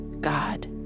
god